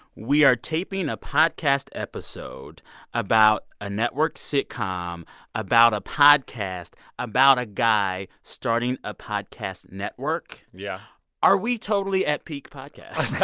we are taping a podcast episode about a network sitcom about a podcast about a guy starting a podcast network yeah are we totally at peak podcast?